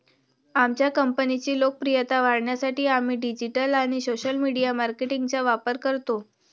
आमच्या कंपनीची लोकप्रियता वाढवण्यासाठी आम्ही डिजिटल आणि सोशल मीडिया मार्केटिंगचा वापर करतो